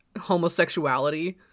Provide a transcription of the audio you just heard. homosexuality